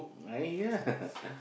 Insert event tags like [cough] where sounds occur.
!aiya! [laughs]